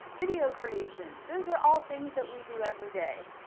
video creation. those are all things that we do every day.